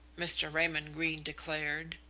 mr. raymond greene declared,